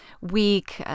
week